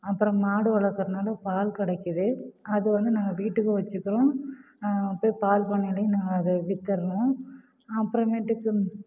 அப்புறம் மாடு வளக்கிறனால பால் கிடைக்குது அது வந்து நாங்கள் வீட்டுக்கும் வச்சுக்கிறோம் போய் பால் பண்ணைலேயும் நாங்கள் அதை விற்றுறோம் அப்புறமேட்டுக்ககு